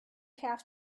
calf